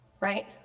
Right